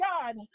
God